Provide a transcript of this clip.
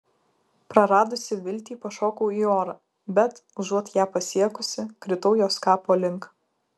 praradusi viltį pašokau į orą bet užuot ją pasiekusi kritau jos kapo link